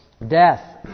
Death